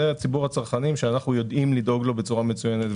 זה ציבור הצרכנים שאנחנו יודעים לדאוג לו בצורה מצוינת.